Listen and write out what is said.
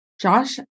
Josh